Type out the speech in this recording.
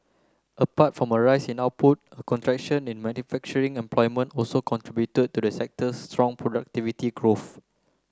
apart from a rise in output a contraction in manufacturing employment also contributed to the sector's strong productivity growth